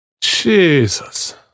Jesus